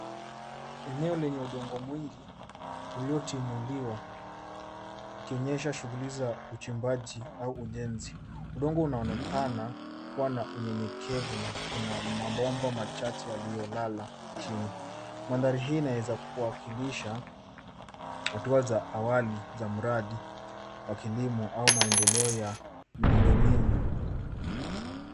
Eneo lenye udongo mwingi ,uliotimuliwa, ikionyesha shughuli za uchimbaji au ujenzi. Udongo unaonekana kuwa na unyenyekevu ,na kuna mabomba machache yaliyolala chini. Mandhari hii inaweza kuwakilisha ,hatua za awali za mradi wa kilimo, au maendeleo ya miundo mbinu.